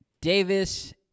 Davis